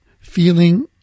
feeling